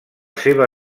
seva